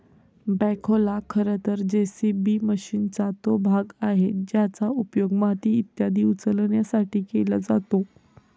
बॅखोला खरं तर जे.सी.बी मशीनचा तो भाग आहे ज्याचा उपयोग माती इत्यादी उचलण्यासाठी केला जातो